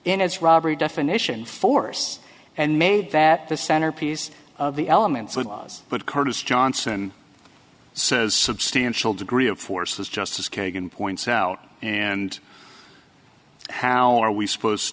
in its robbery definition force and made that the centerpiece of the elements of laws but curtis johnson says substantial degree of force is justice kagan points out and how are we supposed